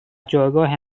جایگاه